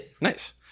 Nice